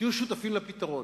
תהיו שותפים לפתרון.